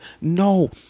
No